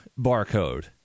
barcode